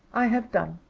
i have done.